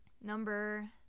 Number